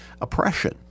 oppression